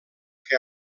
que